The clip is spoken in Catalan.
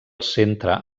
centre